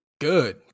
Good